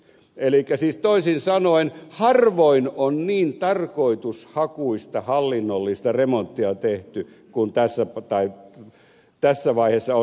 elikkä siis toisin sanoen harvoin on niin tarkoitushakuista hallinnollista remonttia tehty kuin tässä vaiheessa on